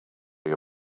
you